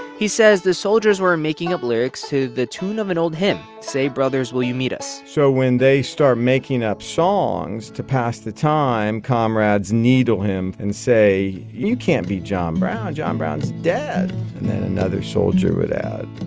he says the soldiers were making up lyrics to the tune of an old hymn say, brothers, will you meet us. so when they start making up songs to pass the time, comrades needle him and say, you can't be john brown. john brown's dead. and then another soldier would add,